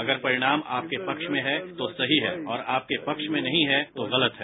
अगर परिणाम आपके पक्ष में है तो सही है और आपके पक्ष में नहीं है तो गलत है